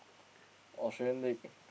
Australian-League